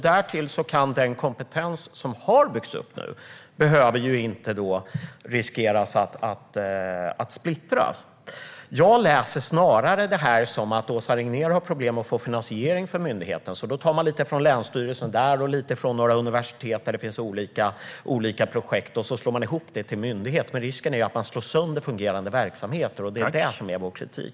Därtill riskerar inte den kompetens som har byggts upp att splittras. Jag läser det här snarare som att Åsa Regnér har problem att få finansiering för myndigheten. Då tar man lite från länsstyrelsen och lite från några universitet där det finns olika projekt och slår ihop det till en myndighet. Men risken är att man slår sönder fungerande verksamheter. Det är vår kritik.